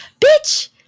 bitch